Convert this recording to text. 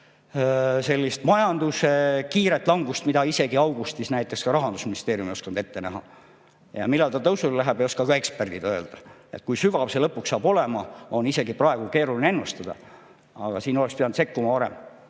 sellist kiiret langust, mida isegi augustis näiteks ka Rahandusministeerium ei osanud ette näha. Ja millal ta tõusule läheb, ei oska ka eksperdid öelda. Kui sügav see lõpuks saab olema, on isegi praegu keeruline ennustada. Aga siin oleks pidanud sekkuma varem.